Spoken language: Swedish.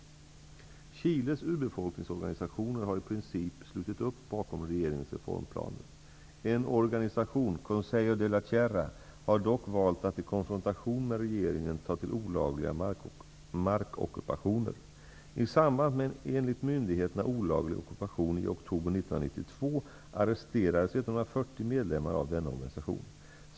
Chiles urbefolkningsorganisationer har i princip slutit upp bakom regeringens reformplaner. En organisation -- Consejo de la Tierra -- har dock valt att i konfrontation med regeringen ta till olagliga markockupationer. I samband med en enligt myndigheterna olaglig ockupation i oktober 1992 arresterades 140 medlemmar av denna organisation.